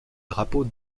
drapeau